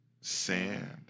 sand